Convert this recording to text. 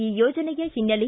ಈ ಯೋಜನೆಯ ಹಿನ್ನೆಲೆ